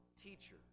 teacher